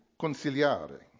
conciliare